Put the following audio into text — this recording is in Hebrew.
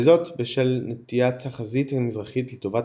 וזאת בשל נטיית החזית המזרחית לטובת